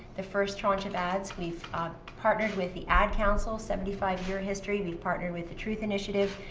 the first tranche of ads, we've ah partnered with the ad council, seventy five year history. we've partnered with the truth initiative.